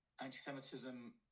anti-semitism